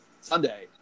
Sunday